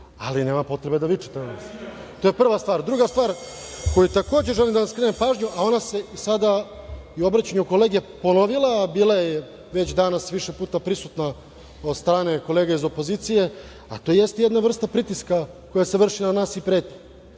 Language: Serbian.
ali nema potrebe da vičete. To je prva stvar. Druga stvar, na koju takođe želim da vam skrenem pažnju, a ona se sada i obraćanju kolege ponovila, a bila je već danas više puta prisutna od strane kolega iz opozicije, a to jeste jedna vrsta pritiska koja se vrši na nas i preti. Kolega